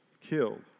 killed